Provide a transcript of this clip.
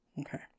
Okay